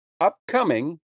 upcoming